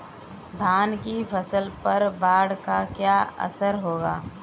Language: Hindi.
धान की फसल पर बाढ़ का क्या असर होगा?